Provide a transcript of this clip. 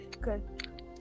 good